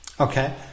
Okay